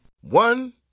One